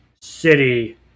city